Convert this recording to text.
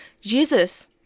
Jesus